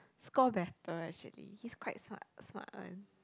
score better actually he quite smart smart one